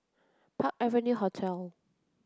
Park Avenue Hotel